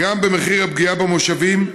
"גם במחיר הפגיעה במושבים,